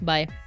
Bye